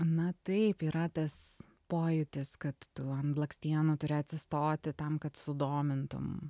na taip yra tas pojūtis kad tu ant blakstienų turi atsistoti tam kad sudomintum